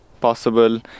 possible